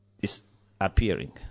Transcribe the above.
disappearing